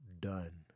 done